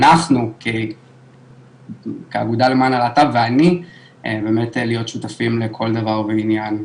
אנחנו כאגודה למען הלהט"ב ואני באמת להיות שותפים לכל דבר ועניין,